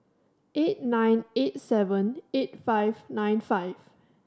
eight nine eight seven eight five nine five